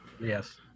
Yes